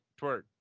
twerk